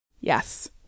yes